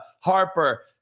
harper